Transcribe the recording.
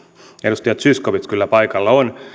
edustaja zyskowicz kyllä paikalla on